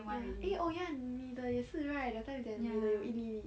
ah eh oh ya 你的也是 right that time 你的有一粒一粒